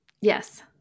yes